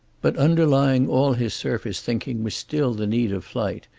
but underlying all his surface thinking was still the need of flight,